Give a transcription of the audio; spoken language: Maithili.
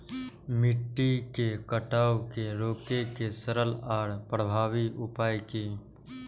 मिट्टी के कटाव के रोके के सरल आर प्रभावी उपाय की?